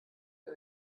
ihr